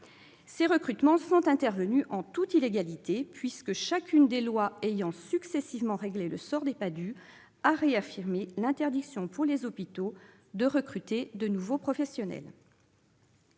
Ces recrutements sont intervenus en toute illégalité, puisque chacune des lois ayant successivement réglé le sort des PADHUE a réaffirmé l'interdiction pour les hôpitaux de recruter de nouveaux professionnels.